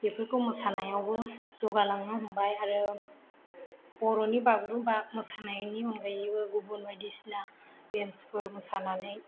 बेफोरखौ मोसानायावबो जौगा लांनो हमबाय आरो बर'नि बागुरुमबा मोसानायनि अनगायैबो गुबुन बायदिसिना देन्सफोर मोसानानै